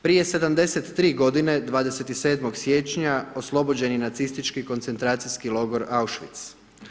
Prije 73 godine, 27. siječnja oslobođen je nacistički koncentracijski logor Auschwitz.